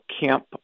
Camp